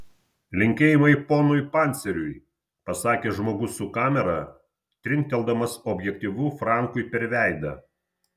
linkėjimai ponui panceriui pasakė žmogus su kamera trinkteldamas objektyvu frankui per veidą